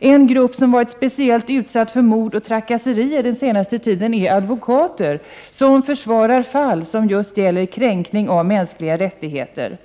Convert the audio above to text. En grupp som har varit speciellt utsatt för mord och trakasserier under den senaste tiden är advokaterna, som försvarar fall som gäller just kränkning av mänskliga rättigheter.